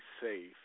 safe